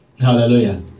Hallelujah